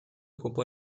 ocupó